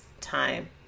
time